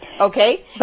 Okay